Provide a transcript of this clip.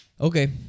Okay